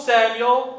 Samuel